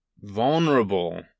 vulnerable